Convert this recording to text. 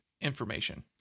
information